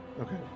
Okay